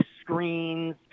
screens